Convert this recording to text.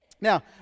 Now